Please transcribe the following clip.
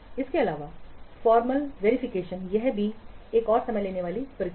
इसके अलावा formal verification यह भी एक और समय लेने वाली प्रक्रिया है